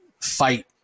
fight